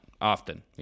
often